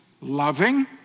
loving